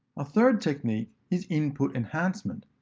a third technique is input enhancement,